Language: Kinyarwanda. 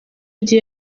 gihe